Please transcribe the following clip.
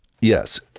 Yes